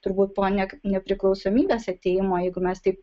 turbūt po nepriklausomybės atėjimo jeigu mes taip